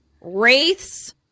wraiths